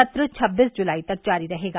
सत्र छब्बीस जुलाई तक जारी रहेगा